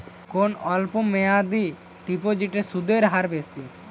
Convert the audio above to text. কোন অল্প মেয়াদি ডিপোজিটের সুদের হার বেশি?